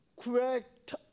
correct